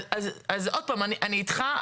אז עוד פעם: אני איתך,